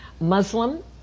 Muslim